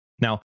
Now